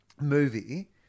movie